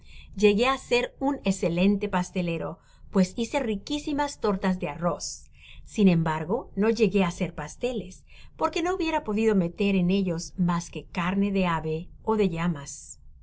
llegué á ser un escelente pastelero pues hice riquísimas tortas de arroz sin embargo no llegué á hacer pasteles porque no hubiera podido meter en ellos mas que carne de ave ó de llamas